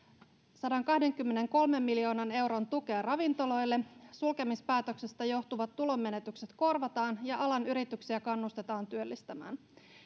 sadankahdenkymmenenkolmen miljoonan euron tukea ravintoloille sulkemispäätöksestä johtuvat tulonmenetykset korvataan ja alan yrityksiä kannustetaan työllistämään